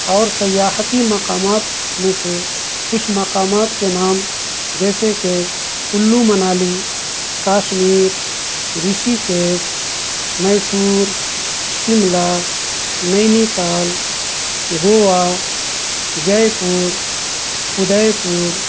اور سیاحتی مقامات میں سے کچھ مقامات کے نام جیسے کہ Kullu Manali Kashmir Rishikesh Mysore Shimla Nainital Goa Jaipur ادے پور